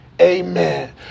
amen